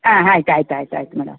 ಹಾಂ ಆಯ್ತು ಆಯ್ತು ಆಯ್ತು ಆಯ್ತು ಮೇಡಮ್